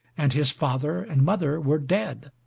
and his father and mother were dead.